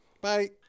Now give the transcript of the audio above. Bye